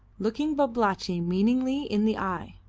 looking babalatchi meaningly in the eye.